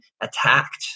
attacked